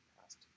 past